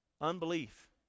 Unbelief